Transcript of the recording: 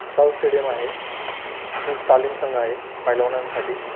Shahu stadium आहे तसंच तालीम संघ आहे पैलवानांसाठी